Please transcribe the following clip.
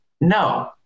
No